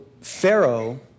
Pharaoh